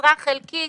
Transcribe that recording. משרה חלקית,